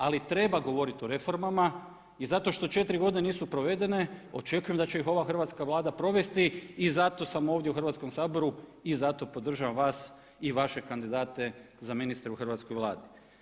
Ali treba govoriti o reformama i zato što 4 godine nisu provedene očekujem da će ih ova Hrvatska vlada provesti i zato sam ovdje u Hrvatskom saboru i zato podržavam vas i vaše kandidate za ministre u Hrvatskoj vladi.